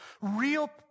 Real